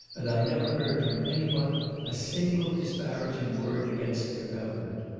and i never heard from any one a single disparaging word against their government.